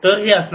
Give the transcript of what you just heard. vTml 100